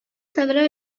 several